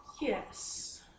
Yes